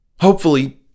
Hopefully